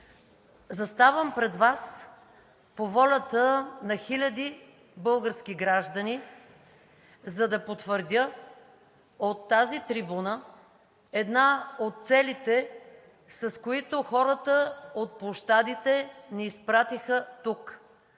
Заставам пред Вас по волята на хиляди български граждани, за да потвърдя от тази трибуна една от целите, с които хората от площадите ни изпратиха тук